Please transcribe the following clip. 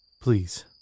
Please